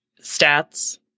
stats